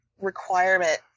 requirement